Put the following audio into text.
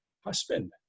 husband